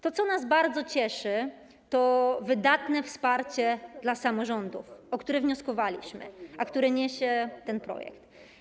To, co nas bardzo cieszy, to wydatne wsparcie dla samorządów, o które wnioskowaliśmy, a które niesie ten projekt.